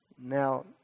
Now